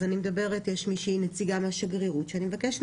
אז אני מדברת עם נציגה מהשגרירות ואני מבקשת